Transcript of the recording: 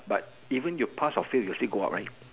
but even you pass or fail you still go up right